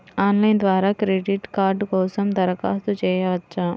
Online ద్వారా credit card కోసం దరఖాస్తు చేయవచ్చా?